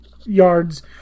yards